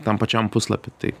tam pačiam puslapy tai